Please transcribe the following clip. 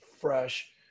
fresh